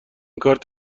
کارت